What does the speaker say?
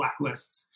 blacklists